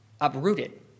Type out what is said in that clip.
Uprooted